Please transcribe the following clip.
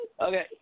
Okay